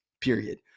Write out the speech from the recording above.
period